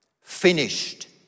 Finished